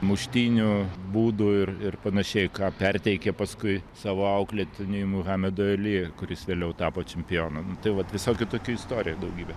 muštynių būdų ir ir panašiai ką perteikė paskui savo auklėtiniui muhamedui ali kuris vėliau tapo čempionu nu tai vat visokių tokių istorijų daugybė